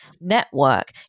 network